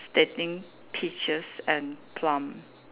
stating peaches and plum